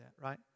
right